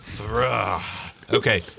Okay